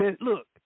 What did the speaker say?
Look